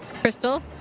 Crystal